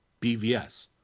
BVS